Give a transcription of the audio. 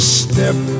step